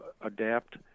adapt